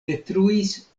detruis